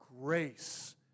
grace